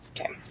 Okay